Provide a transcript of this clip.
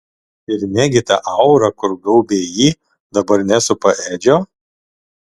ir negi ta aura kur gaubė jį dabar nesupa edžio